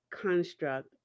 construct